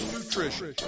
Nutrition